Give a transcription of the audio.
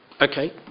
Okay